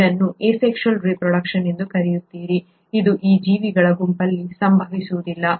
ಇದನ್ನು ನೀವು asexual reproduction ಎಂದು ಕರೆಯುತ್ತೀರಿ ಅದು ಈ ಜೀವಿಗಳ ಗುಂಪಿನಲ್ಲಿ ಸಂಭವಿಸುವುದಿಲ್ಲ